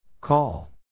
Call